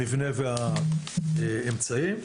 המבנה והאמצעים,